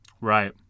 Right